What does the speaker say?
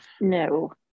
No